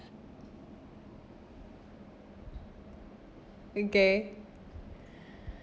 okay